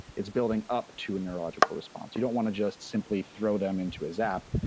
it's building up to a neurological response. you don't want to just simply throw them into a zap.